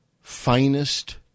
finest